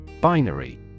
Binary